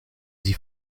sie